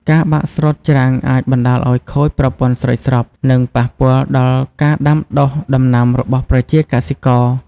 ការបាក់ស្រុតច្រាំងអាចបណ្ដាលឲ្យខូចប្រព័ន្ធស្រោចស្រព និងប៉ះពាល់ដល់ការដាំដុះដំណាំរបស់ប្រជាកសិករ។